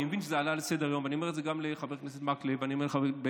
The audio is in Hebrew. אני מבין שזה עלה לסדר-היום.